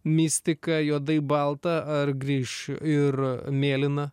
mistika juodai balta ar grįš ir mėlyna